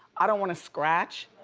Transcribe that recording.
i don't wanna scratch,